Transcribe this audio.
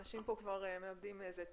אנשים פה כבר מאבדים את זה.